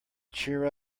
cheer